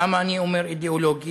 למה אני אומר "אידיאולוגי"?